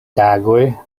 tagoj